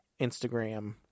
Instagram